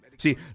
See